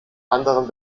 anderen